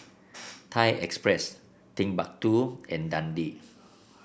Thai Express Timbuk two and Dundee